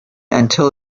until